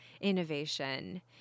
innovation